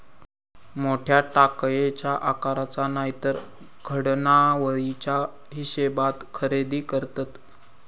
मोठ्या टाकयेच्या आकाराचा नायतर घडणावळीच्या हिशेबात खरेदी करतत